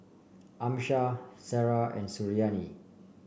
Amsyar Sarah and Suriani